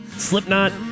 Slipknot